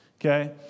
Okay